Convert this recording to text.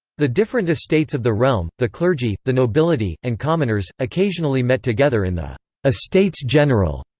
the different estates of the realm the clergy, the nobility, and commoners occasionally met together in the estates general,